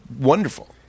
wonderful